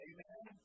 Amen